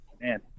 Man